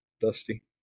Dusty